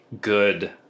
good